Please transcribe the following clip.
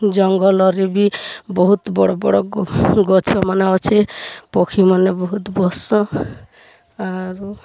ଜଙ୍ଗଲ୍ରେ ବି ବହୁତ୍ ବଡ଼୍ ବଡ଼୍ ଗଛମାନେ ଅଛେ ପକ୍ଷୀମାନେ ବହୁତ୍ ବସ୍ସନ୍ ଆରୁ